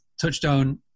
Touchdown